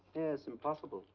yes, impossible.